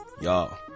y'all